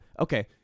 okay